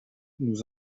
nous